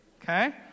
okay